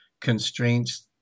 constraints